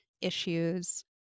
issues